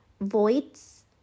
voids